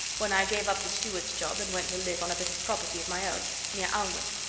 when i gave up the steward's job and went to live on a bit of property of my own, near alnwick.